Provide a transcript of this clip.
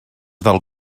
del